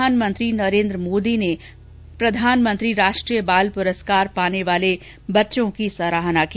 प्रधानमंत्री नरेन्द्र मोदी ने प्रधानमंत्री राष्ट्रीय बाल पुरस्कार पाने वार्ल बच्चों की सराहना की